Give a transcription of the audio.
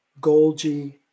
Golgi